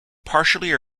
partially